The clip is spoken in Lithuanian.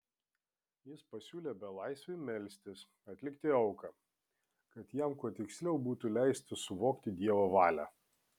jis pasiūlė belaisviui melstis atlikti auką kad jam kuo tiksliau būtų leista suvokti dievo valią